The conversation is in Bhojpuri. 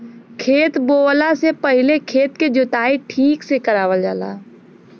खेत बोवला से पहिले खेत के जोताई ठीक से करावल जाला